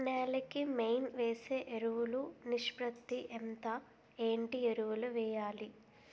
నేల కి మెయిన్ వేసే ఎరువులు నిష్పత్తి ఎంత? ఏంటి ఎరువుల వేయాలి?